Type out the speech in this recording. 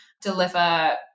deliver